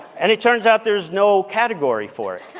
and it turns out there's no category for it.